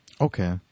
Okay